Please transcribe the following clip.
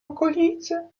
okolicy